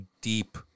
deep